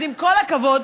אז עם כל הכבוד,